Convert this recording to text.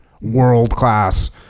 world-class